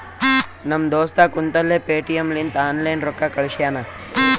ನಮ್ ದೋಸ್ತ ಕುಂತಲ್ಲೇ ಪೇಟಿಎಂ ಲಿಂತ ಆನ್ಲೈನ್ ರೊಕ್ಕಾ ಕಳ್ಶ್ಯಾನ